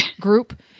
group